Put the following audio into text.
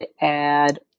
add